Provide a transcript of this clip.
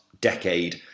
decade